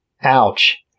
Ouch